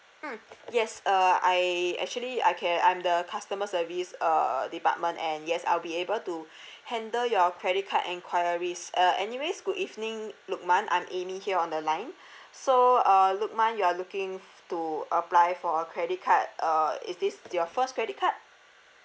mm yes uh I actually I can I'm the customer service uh uh uh department and yes I'll be able to handle your credit card enquiries uh anyways good evening lukman I'm amy here on the line so uh lukman you are looking f~ to apply for a credit card uh is this your first credit card